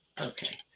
Okay